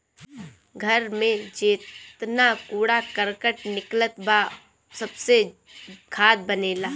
घर में जेतना कूड़ा करकट निकलत बा उ सबसे खाद बनेला